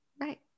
Right